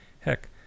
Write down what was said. Heck